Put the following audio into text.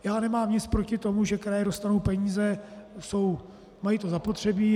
Já nemám nic proti tomu, že kraje dostanou peníze, mají to zapotřebí.